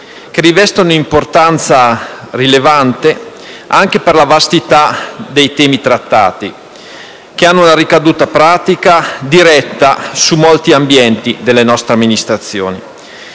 che rivestono un'importanza rilevante anche per la vastità dei temi trattati, che hanno una ricaduta pratica, diretta, su molti ambienti delle nostre amministrazioni.